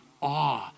awe